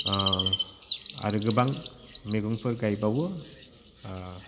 आरो गोबां मैगंफोर गायबावो